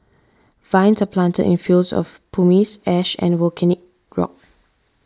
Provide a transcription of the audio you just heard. vines are planted in fields of pumice ash and volcanic rock